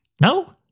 No